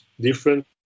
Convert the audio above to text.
different